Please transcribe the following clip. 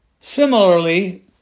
Similarly